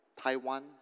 Taiwan